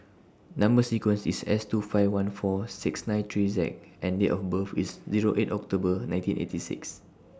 Number sequence IS S two five one four six nine three Z and Date of birth IS Zero eight October nineteen eighty six